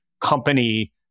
company